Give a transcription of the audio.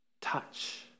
touch